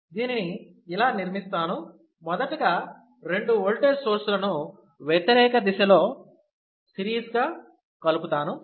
దీనిని ఇలా నిర్మిస్తాను మొదటగా రెండు ఓల్టేజ్ సోర్స్ లను వ్యతిరేక దిశలో సిరీస్ గా కలుపుతాను